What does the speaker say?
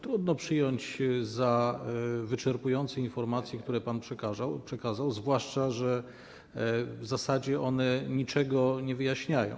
Trudno uznać za wyczerpujące informacje, które pan przekazał, zwłaszcza że w zasadzie one niczego nie wyjaśniają.